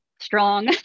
strong